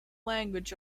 language